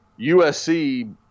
USC